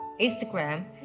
Instagram